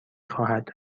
خواهد